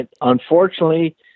unfortunately